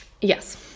Yes